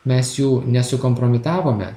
mes jų ne sukompromitavome